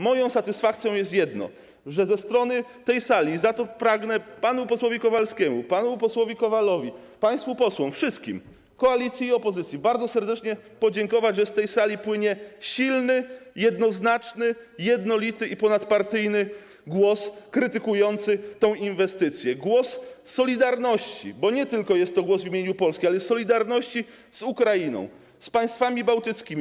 Moją satysfakcją jest jedno, że ze strony tej sali - i za to pragnę panu posłowi Kowalskiemu, panu posłowi Kowalowi, państwu posłom, wszystkim, koalicji i opozycji, bardzo serdecznie podziękować, że z tej sali płynie silny, jednoznaczny, jednolity i ponadpartyjny głos krytykujący tę inwestycję, głos solidarności, bo jest to głos nie tylko w imieniu Polski, ale solidarności z Ukrainą, z państwami bałtyckimi.